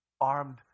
armed